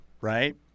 right